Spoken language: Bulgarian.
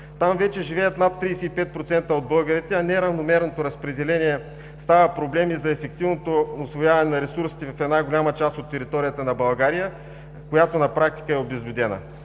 Там вече живеят над 35% от българите, а неравномерното разпределение става проблем и за ефективното усвояване на ресурсите в една голяма част от територията на България, която на практика е обезлюдена.